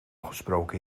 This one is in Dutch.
gesproken